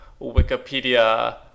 Wikipedia